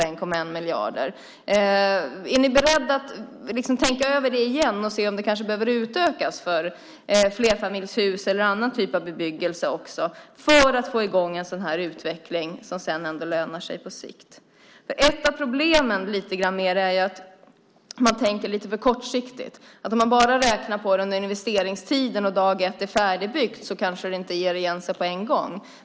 Är regeringen beredd att tänka över det igen och se om det behöver utökas för flerfamiljshus eller annan typ av bebyggelse för att få i gång en på sikt lönande utveckling? Ett av problemen är att man tänker lite för kortsiktigt. Om man räknar på detta under investeringstiden och det dag ett är färdigbyggt kanske det inte kommer tillbaka på en gång.